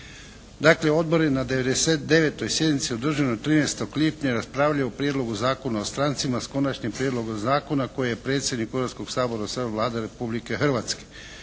Dakle, odbor je na 99. sjednici održanoj 13. lipnja raspravljao o Prijedlogu Zakona o strancima s Konačnim prijedlogom zakona koji je predsjedniku Hrvatskog sabora dostavila Republike Hrvatske.